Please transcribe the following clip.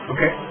Okay